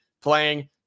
playing